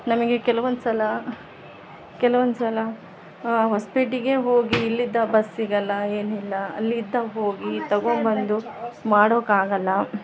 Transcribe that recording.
ನಮಗೆ ಕೆಲ್ವೊಂದು ಸಲ ಕೆಲವೊಂದು ಸಲ ಹೊಸಪೇಟಿಗೆ ಹೋಗಿ ಇಲ್ಲಿದ್ದ ಬಸ್ ಸಿಗೊಲ್ಲ ಏನಿಲ್ಲ ಅಲ್ಲಿದ್ದ ಹೋಗಿ ತಗೊಬಂದು ಮಾಡೋಕೆ ಆಗೊಲ್ಲ